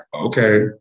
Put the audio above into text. okay